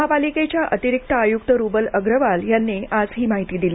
महापालिकेच्या अतिरिक्त आयुक्त रुबल अग्रवाल यांनी आज ही माहिती दिली